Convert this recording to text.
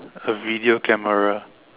a video camera